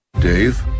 Dave